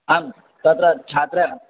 आं तत्र छात्रः